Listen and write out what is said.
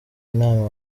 inama